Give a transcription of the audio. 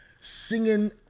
singing